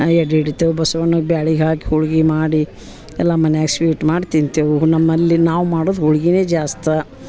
ಎಡೆ ಇಡ್ತೇವೆ ಬಸ್ವಣ್ಣಗೆ ಬ್ಯಾಳೆ ಹಾಕಿ ಹೋಳ್ಗೆ ಮಾಡಿ ಎಲ್ಲ ಮನ್ಯಾಗ ಸ್ವೀಟ್ ಮಾಡಿ ತಿಂತೇವೆ ಹು ನಮ್ಮಲ್ಲಿ ನಾವು ಮಾಡೋದು ಹೋಳ್ಗೆನೇ ಜಾಸ್ತಿ